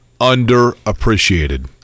underappreciated